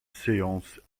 séance